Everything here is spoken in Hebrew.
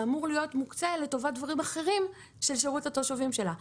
שאמור להיות מוקצה לטובת דברים אחרים לשירות התושבים שלה.